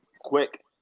quick